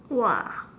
!wah!